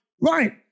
right